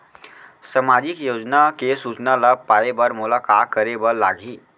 सामाजिक योजना के सूचना ल पाए बर मोला का करे बर लागही?